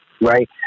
Right